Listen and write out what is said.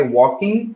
walking